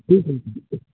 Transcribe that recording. ठीक आहे